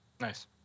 Nice